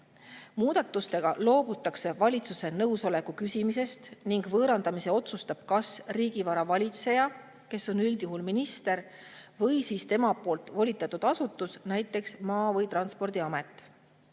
Muudatustega loobutakse valitsuse nõusoleku küsimisest ning võõrandamise otsustab kas riigivara valitseja, kes on üldjuhul minister, või tema volitatud asutus, näiteks Maa‑ või Transpordiamet.